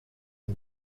der